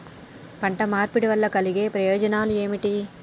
పంట మార్పిడి వల్ల కలిగే ప్రయోజనాలు ఏమిటి?